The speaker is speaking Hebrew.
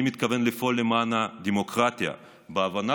אני מתכוון לפעול למען הדמוקרטיה בהבנה